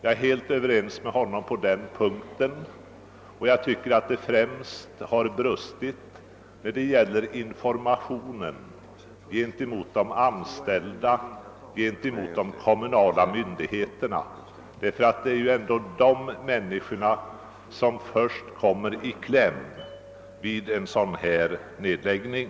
Jag är helt överens med honom på den punkten, och enligt min mening har det främst brustit i informationen till de anställda och de kommunaia myndigheterna. Det är ändå dessa människor som först kommer i kläm vid en nedläggning